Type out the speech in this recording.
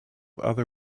other